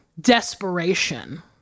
desperation